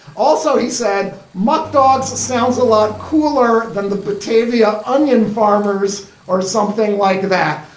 also, he said mud dogs sounds a lot cooler than the batavia onion farmers or something like that.